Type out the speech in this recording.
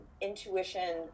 intuition